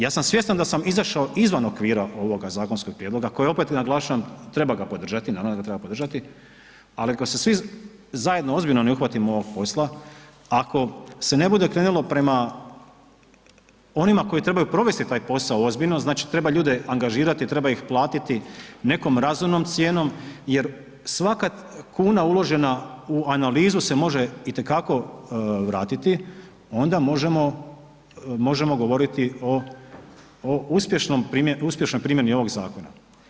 Ja sam svjestan da sam izašao izvan okvira ovoga zakonskog prijedloga kojeg, opet naglašavam, treba ga podržati, naravno da ga treba podržati, ali ako se svi zajedno ozbiljno ne uhvatimo ovog posla, ako se ne bude krenulo prema onima koji trebaju provesti taj posao ozbiljno, znači treba ljude angažirati, treba ih platiti nekom razumnom cijenom jer svaka kuna uložena u analizu se može itekako vratiti, onda možemo, možemo govoriti o, o uspješnom, o uspješnoj primjeni ovog zakona.